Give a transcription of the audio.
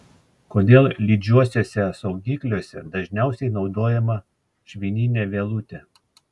kodėl lydžiuosiuose saugikliuose dažniausiai naudojama švininė vielutė